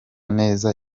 neza